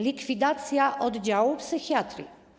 Likwidacja oddziału psychiatrii.